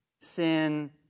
sin